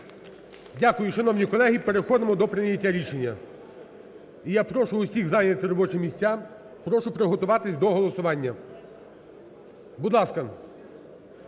Дякую, шановні колеги! Переходимо до прийняття рішення. І я прошу усіх зайняти робочі місця, прошу приготуватись до голосування. Будь ласка.